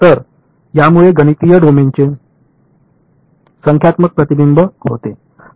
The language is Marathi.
तर यामुळे गणितीय डोमेनचे संख्यात्मक प्रतिबिंब होते